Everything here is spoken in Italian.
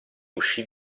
uscì